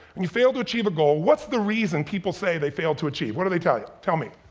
and you failed to achieve a goal, what's the reason people say they failed to achieve? what do they tell ya? tell me,